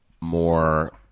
more